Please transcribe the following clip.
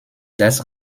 das